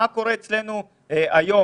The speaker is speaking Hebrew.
מה קורה אצלנו היום,